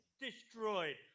destroyed